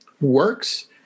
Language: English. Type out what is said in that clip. works